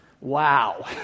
Wow